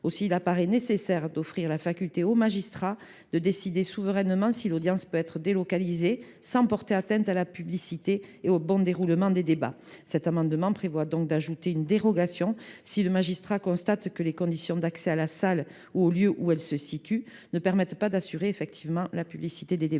: il nous paraît nécessaire d’offrir aux magistrats la faculté de décider souverainement si l’audience peut être délocalisée sans porter atteinte à la publicité et au bon déroulement des débats. Cet amendement tend donc à ajouter une dérogation si les magistrats constatent que les conditions d’accès à la salle ou au lieu où elle se situe ne permettent pas d’assurer effectivement cette publicité des débats.